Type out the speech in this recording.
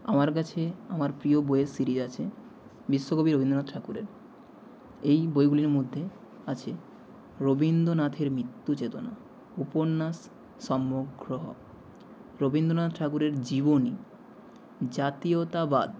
আমার কাছে আমার প্রিয় বইয়ের সিরিজ আছে বিশ্বকবি রবীন্দ্রনাথ ঠাকুরের এই বইগুলির মধ্যে আছে রবীন্দ্রনাথের মৃত্যু চেতনা উপন্যাস সমগ্র রবীন্দ্রনাথ ঠাকুরের জীবনী জাতীয়তাবাদ